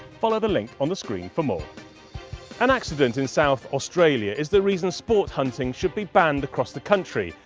follow the link on the screen for more as and accident in south australia is the reason sport hunting should be banned across the country,